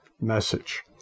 message